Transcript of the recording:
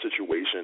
situation